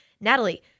Natalie